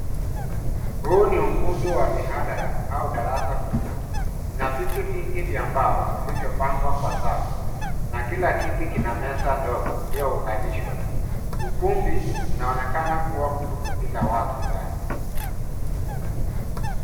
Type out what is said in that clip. Huu ni ukumbi wa mihadhara au darasa kubwa. Ina viti vingi vya mbao vilivyopangwa kwa safu na kila kiti ina meza ndogo iliyounganishwa. Ukumbi unaonekana kuwa mtupu bila watu ndani.